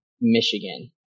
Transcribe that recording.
Michigan